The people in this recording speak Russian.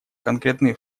конкретные